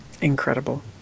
Incredible